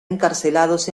encarcelados